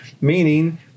meaning